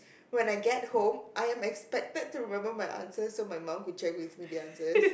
when I get home I am expected to remember my answers so my mum could check with me the answers